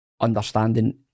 understanding